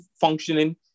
functioning